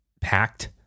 packed